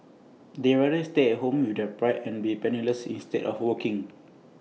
they rather stay at home with their pride and be penniless instead of working